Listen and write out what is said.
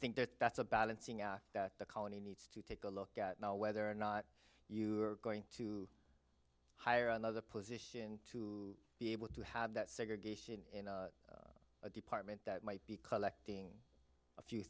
think that that's a balancing act that the colony needs to take a look at now whether or not you are going to hire another position to be able to have that segregation in a department that might be collecting a few